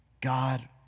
God